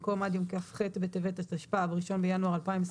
במקום "עד יום כ"ח בטבת התשפ"ב (1 בינואר 2022)